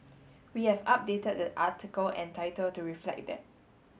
we have updated the article and title to reflect that